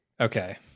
Okay